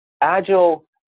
Agile